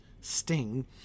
Sting